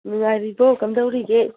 ꯅꯨꯡꯉꯥꯏꯔꯤꯕꯣ ꯀꯝꯗꯧꯔꯤꯒꯦ